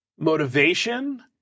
Motivation